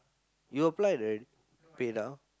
you applied right Pay-Now